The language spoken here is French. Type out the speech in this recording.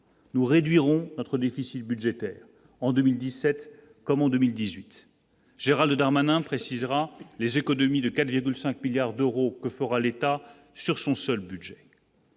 nous réduirons notre difficile budgétaire en 2017 comme en 2018, Geraldo Darmanin précisera les économies de 4,5 milliards d'euros que fera l'État sur son seul budget.